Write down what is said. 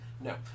No